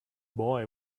boy